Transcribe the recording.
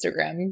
Instagram